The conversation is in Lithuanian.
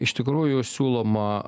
iš tikrųjų siūloma